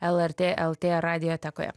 lrt lt radiotekoje